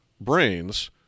brains